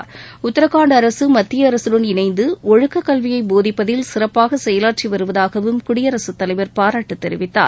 டத்தரகாண்ட் அரசு மத்திய அரசுடன் இணைந்து ஒழுக்கக்கல்வியை போதிப்பதில் சிறப்பாக செயலாற்றி வருவதாகவும் குடியரசுத் தலைவர் பாராட்டு தெரிவித்தார்